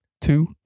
two